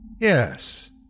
Yes